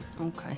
Okay